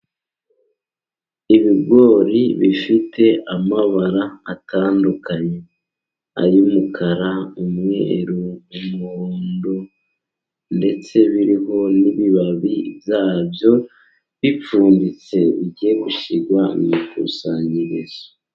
Ibigori bifite amabara atandukanye ay'umukara, umweru, umuhondo, ndetse biriho n'ibibabi byabyo, bipfunditse bigiye gushyirwa mu ikusanyirizo.